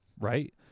right